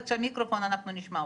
שלום.